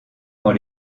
dans